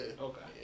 Okay